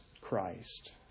Christ